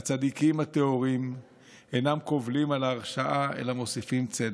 "הצדיקים הטהורים אינם קובלים על הרשעה אלא מוסיפים צדק,